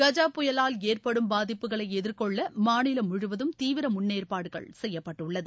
கஜா புயலால் ஏற்படும் பாதிப்புகளை எதிர்கொள்ள மாநிலம் முழுவதும் தீவிர முன்னேற்பாடுகள் செய்யப்பட்டுள்ளது